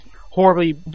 horribly